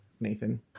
Nathan